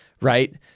Right